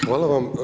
Hvala vam.